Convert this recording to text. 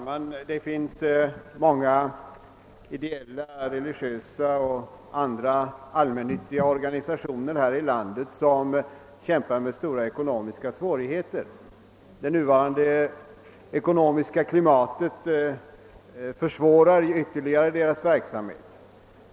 Herr talman! Det finns många ideella, religiösa och andra allmännyttiga organisationer här i landet som kämpar med stora ekonomiska svårigheter. Det nuvarande ekonomiska klimatet försvårar ytterligare deras verksamhet.